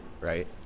right